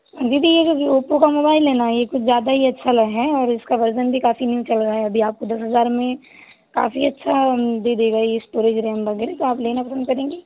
दीदी अगर यह ओप्पो का मोबाइल है न यह कुछ ज़्यादा ही अच्छा है और इसका वर्ज़न भी काफ़ी न्यू चल रहा है अभी आप दस हज़ार में काफ़ी अच्छा दे देगा यह स्टोरेज रैम वगैरह तो आप लेना पसंद करेंगी